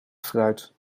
fruit